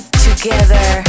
together